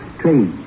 train